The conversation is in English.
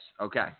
Okay